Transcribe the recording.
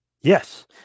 yes